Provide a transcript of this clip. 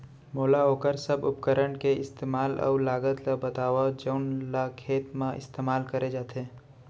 मोला वोकर सब उपकरण के इस्तेमाल अऊ लागत ल बतावव जउन ल खेत म इस्तेमाल करे जाथे?